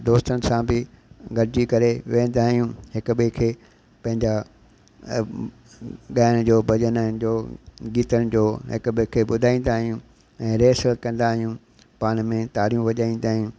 दोस्तनि सां बि गॾिजी करे वेंदा आहियूं हिक ॿिए खे पंहिंजा ॻाइण जो भॼन आहिनि जो गीतनि जो हिक ॿिए खे ॿुधाईंदा आहियूं ऐं रिहरसल कंदा आहियूं पाण में तारियूं वॼाईंदा आहियूं